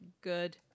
good